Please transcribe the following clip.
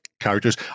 characters